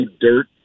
dirt